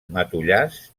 matollars